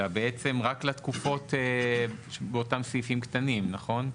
אלא בעצם רק לתקופות באותם סעיפים קטנים, נכון?